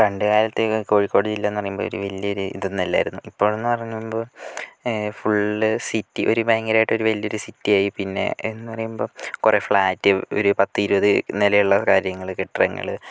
പണ്ടു കാലത്ത് കോഴിക്കോട് ജില്ലയെന്ന് പറയുമ്പോൾ ഒരു വലിയൊരു ഇതൊന്നും അല്ലായിരുന്നു ഇപ്പോളെന്ന് പറയുമ്പോൾ ഫുള്ള് സിറ്റി ഒരു ഭയങ്കരമായിട്ട് ഒരുവലിയൊരു സിറ്റിയായി പിന്നെ എന്ന് പറയുമ്പോൾ കുറെ ഫ്ലാറ്റ് ഒരു പത്ത് ഇരുപത് നിലയുള്ള കാര്യങ്ങൾ കെട്ടിടങ്ങൾ